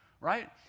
Right